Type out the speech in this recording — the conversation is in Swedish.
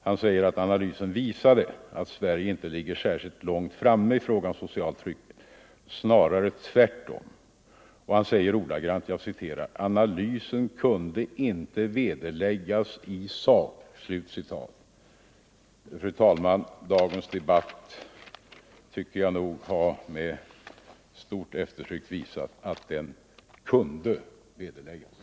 Han säger att analysen visade att Sverige inte ligger särskilt långt framme i fråga om social trygghet, snarare tvärtom. Och han säger ordagrant: ”Analysen kunde inte vederläggas i sak.” Fru talman! Dagens debatt tycker jag nog har med stort eftertryck visat att den analysen kunde vederläggas.